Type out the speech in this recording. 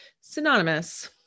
synonymous